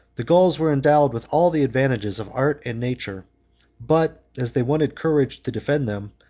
the gauls were endowed with all the advantages of art and nature but as they wanted courage to defend them,